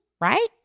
right